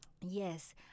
Yes